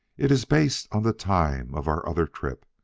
it is based on the time of our other trip,